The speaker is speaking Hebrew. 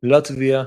לטביה,